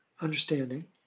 understanding